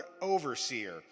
overseer